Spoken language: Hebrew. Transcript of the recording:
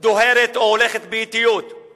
דוהרת או הולכת באטיות.